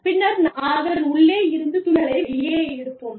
பின்னர் நாம் அதன் உள்ளே இருந்து துணிகளை வெளியே எடுப்போம்